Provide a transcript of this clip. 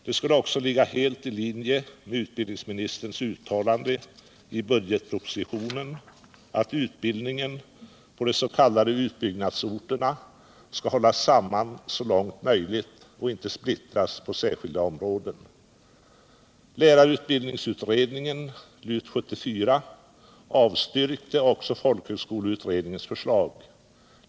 Det skulle också ligga helt i linje med utbildningsministerns uttalande i budgetpropositionen att utbildningen på de s.k. utbyggnadsorterna skall hållas samman och så långt möjligt inte splittras på skilda områden. Lärarutbildningsutredningen, LUT 74, avstyrkte också folkhögskoleutredningens förslag.